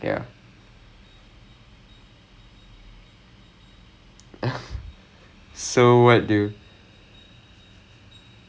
ah பிரச்சனை வந்து என்னன்னா:pirachanai vanthu ennannaa I don't really care about all these three things the problem is the for me my problem is வந்து:vanthu